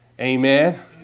Amen